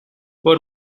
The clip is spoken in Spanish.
por